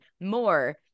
more